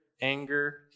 anger